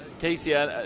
Casey